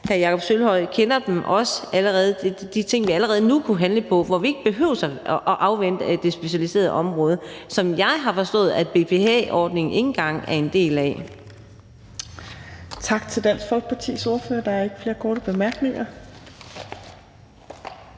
Hr. Jakob Sølvhøj kender også de ting, vi allerede nu kunne handle på, hvor vi ikke behøver at afvente det specialiserede område, som jeg har forstået at BPA-ordningen ikke engang er en del af. Kl. 21:39 Fjerde næstformand (Trine Torp): Tak til Dansk Folkepartis ordfører. Der er ikke flere korte bemærkninger.